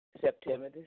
September